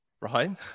right